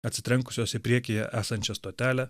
atsitrenkusios į priekyje esančią stotelę